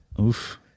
Oof